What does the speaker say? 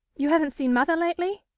you haven't seen mother lately?